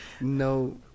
No